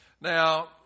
Now